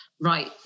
right